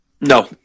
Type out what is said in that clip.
No